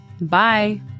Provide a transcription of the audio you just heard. Bye